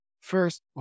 first